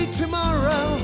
tomorrow